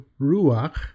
Ruach